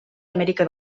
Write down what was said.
amèrica